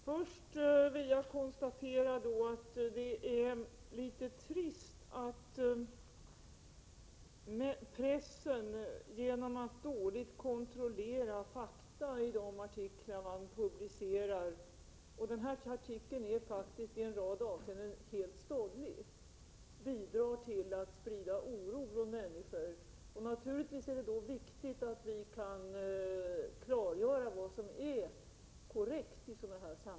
Herr talman! Först vill jag konstatera att det är litet trist att pressen genom att kontrollera fakta dåligt i de artiklar som man publicerar bidrar till att sprida oro bland människor. Den här nämnda artikeln är faktiskt i en rad avseenden helt stollig. Naturligtvis är det viktigt att vi i sådana här sammanhang kan klargöra vad som är korrekt.